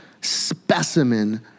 specimen